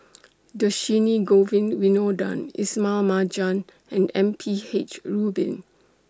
Dhershini Govin Winodan Ismail Marjan and M P H Rubin